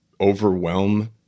overwhelm